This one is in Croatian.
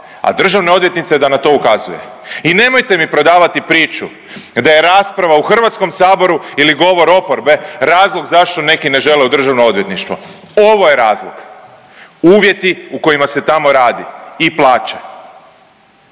a državna odvjetnica je da na to ukazuje. I nemojte mi prodavati priču da je rasprava u HS-u ili govor oporbe razlog zašto neki ne žele u državno odvjetništvo. Ovo je razlog, uvjeti u kojima se tamo radi i plaća,